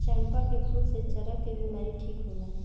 चंपा के फूल से चरक के बिमारी ठीक होला